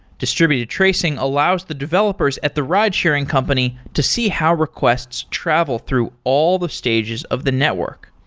distributed tracing allows the developers at the ride-sharing company to see how requests travel through all the stages of the network.